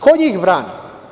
Ko njih brani?